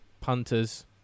punters